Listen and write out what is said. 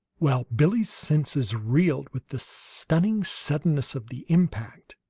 while billie's senses reeled with the stunning suddenness of the impact.